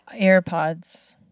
airpods